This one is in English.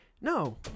No